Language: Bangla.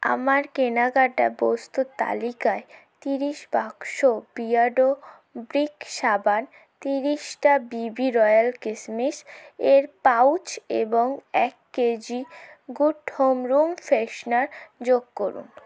আমার কেনাকাটা বস্তুর তালিকায় ত্রিশ বাক্স বিয়ার্ডো ব্রিক সাবান ত্রিশটা বিবি রয়াল কিসমিস এর পাউচ এবং এক KG Good Home room freshener যোগ করুন